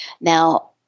Now